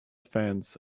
fence